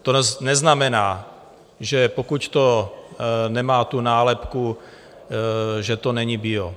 To neznamená, že pokud to nemá tu nálepku, že to není bio.